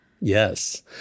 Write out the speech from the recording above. Yes